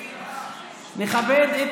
נכבד את